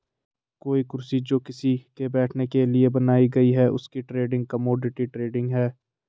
कोई कुर्सी जो किसी के बैठने के लिए बनाई गयी है उसकी ट्रेडिंग कमोडिटी ट्रेडिंग है